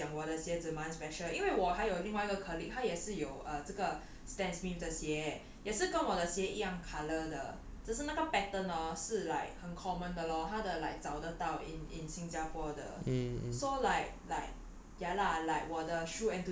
like 讲很多 lah but then 他有讲我的鞋子蛮 special 因为我还有另外一个 colleague 他也是有 uh 这个 stan smiths 的鞋也是跟我的鞋一样 colour 的只是那个 pattern orh 是 like 很 common 的 lor 他的 like 找得到 in in 新加坡的 so like like